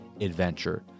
adventure